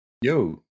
Yo